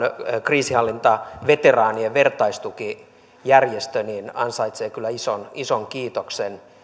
kriisinhallintaveteraanien vertaistukijärjestö ansaitsee kyllä ison ison kiitoksen